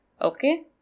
Okay